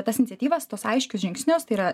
tas iniciatyvas tuos aiškius žingsnius tai yra